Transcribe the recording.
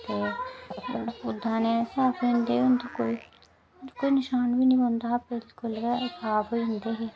ते ओह् दाने साफ होई जंदे कोई ते कोई नशान बी निं पौंदा हा बिल्कुल साफ गै होई जंदे हे